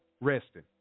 resting